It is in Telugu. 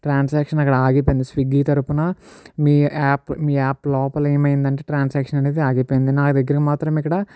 ట్రాన్సాక్షన్ అక్కడే ఆగిపోయింది స్విగ్గీ తరపున మీ యాప్ యాప్ లోపల ఏమైంది అంటే ట్రాన్సాక్షన్ అనేది ఆగిపోయింది నా దగ్గర మాత్రం ఇక్కడ